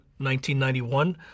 1991